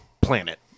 planet